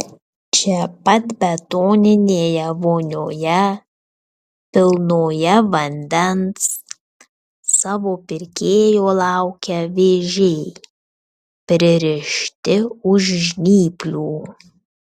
čia pat betoninėje vonioje pilnoje vandens savo pirkėjo laukia vėžiai pririšti už žnyplių